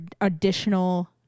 additional